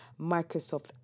Microsoft